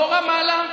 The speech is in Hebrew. לא רמאללה,